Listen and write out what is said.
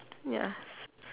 ya